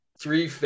three